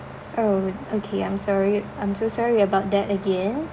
oh okay I'm sorry I'm so sorry about that again